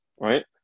Right